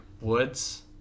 Woods